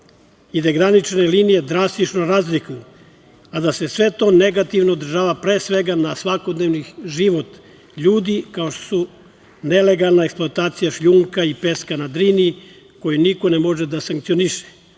i gde se granične linije drastično razlikuju, a da se sve to negativno održava pre svega na svakodnevni život ljudi, kao što su nelegalne eksploatacija šljunka i peska na Drini koju niko ne može da sankcioniše,